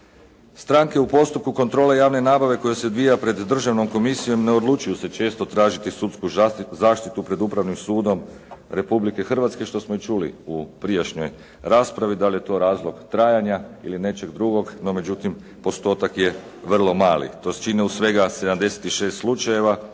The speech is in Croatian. Stranke u postupku kontrole javne nabave koja se odvija pred Državnom komisijom ne odlučuju se često tražiti sudsku zaštitu pred Upravnim sudom Republike Hrvatske što smo i čuli u prijašnjoj raspravi da li je to razlog trajanja ili nečeg drugog. No međutim, postotak je vrlo mali. To se čini u svega 76 slučajeva